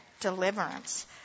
deliverance